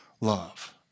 love